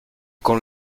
con